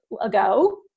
ago